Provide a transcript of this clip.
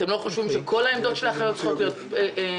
אתם לא חושבים שכל העמדות של האחיות צריכות להיות תפוסות?